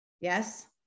Yes